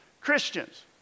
Christians